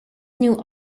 knew